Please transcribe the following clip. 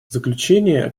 заключение